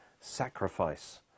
sacrifice